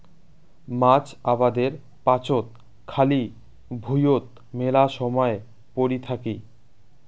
মাছ আবাদের পাচত খালি ভুঁইয়ত মেলা সমায় পরি থাকি